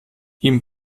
ihm